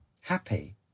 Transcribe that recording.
happy